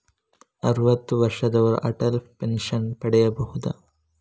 ಅರುವತ್ತು ವರ್ಷದವರು ಅಟಲ್ ಪೆನ್ಷನ್ ಪಡೆಯಬಹುದ?